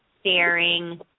staring